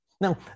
now